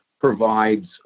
provides